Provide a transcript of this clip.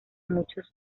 muchos